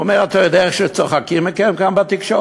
הוא אומר: אתה יודע איך צוחקים מכם כאן בתקשורת?